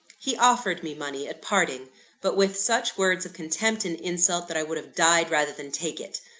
he offered me money, at parting but with such words of contempt and insult that i would have died rather than take it.